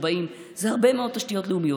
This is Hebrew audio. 40. זה הרבה מאוד תשתיות לאומיות